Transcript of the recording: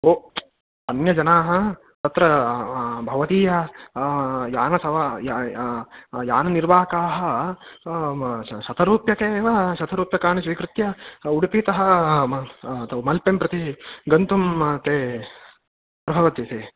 ओ अन्यजनाः अत्र भवदीय यानसवा याननिर्वाहकाः शतरूप्यके एव शतरूप्यकानि स्वीकृत्य उडुपितः मल्पें प्रति गन्तुं ते भवति